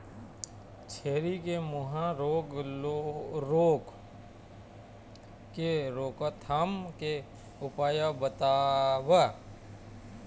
छेरी के मुहा रोग रोग के रोकथाम के उपाय बताव?